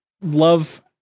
love